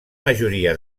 majoria